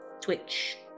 Twitch